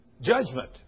Judgment